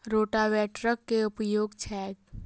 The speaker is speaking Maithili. रोटावेटरक केँ उपयोग छैक?